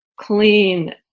clean